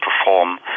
perform